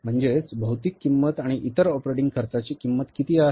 म्हणजेच भौतिक किंमत आणि इतर ऑपरेटिंग खर्चांची किंमत किती आहे